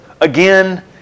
again